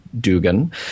Dugan